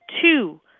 two